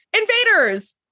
invaders